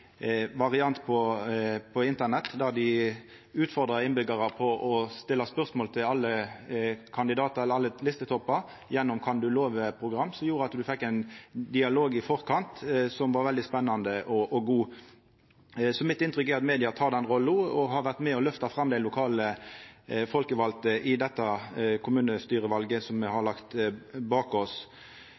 variant på Internett, der dei utfordra innbyggjarane til å stilla spørsmål til alle kandidatar eller listetoppar, gjennom eit «kan du love»-program som gjorde at ein fekk ein dialog i forkant som var veldig spennande og god. Mitt inntrykk er at media tek den rolla, og at dei har vore med og løfta fram dei lokale folkevalde i kommunestyrevalet me har lagt bak oss.